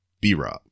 B-Rob